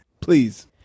Please